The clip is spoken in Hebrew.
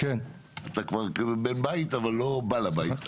אתה כבר בן בית אבל לא בעל הבית.